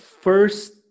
first